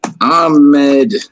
Ahmed